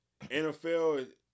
NFL